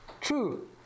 True